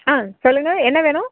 ஆ சொல்லுங்க என்ன வேணும்